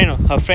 ah